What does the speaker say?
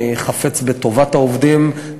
אני חפץ בטובת העובדים,